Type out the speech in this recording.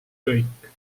kõik